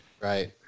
Right